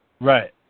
Right